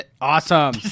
Awesome